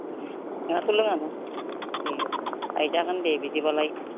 नोंहाथ' लोङा ना ए लायजागोन दे बिदिबालाय